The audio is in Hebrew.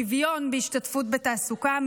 שוויון בהשתתפות בתעסוקה,